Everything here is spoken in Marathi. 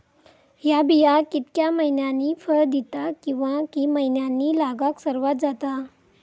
हया बिया कितक्या मैन्यानी फळ दिता कीवा की मैन्यानी लागाक सर्वात जाता?